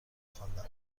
خواندم